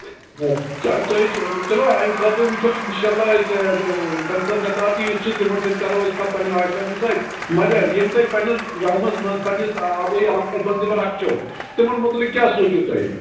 تۄہہِ چلو چلو اَمہِ خٲطرٕ وٕچھو انشاء اللہ أسۍ کنسرن ایٚتھارٹی یُس چھِ تِمن سۭتۍ کرو أسۍ کَتھ پنٛنین آفِسَرَن سۭتۍ مگر یِم تۄہہِ پنٛنِس گامَس مَنٛز پنٛنِس آبٲیی علاقَس مَنٛز یِم رکچو تِمن مُتعلِق کیاہ سوٗنچُو تۄہہِ